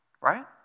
right